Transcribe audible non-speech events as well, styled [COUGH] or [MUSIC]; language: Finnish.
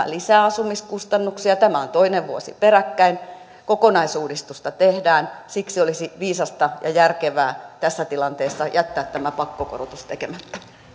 [UNINTELLIGIBLE] lisää asumiskustannuksia ja tämä on toinen vuosi peräkkäin kokonaisuudistusta tehdään siksi olisi viisasta ja järkevää tässä tilanteessa jättää tämä pakkokorotus tekemättä